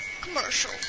Commercial